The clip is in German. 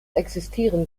existieren